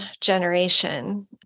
generation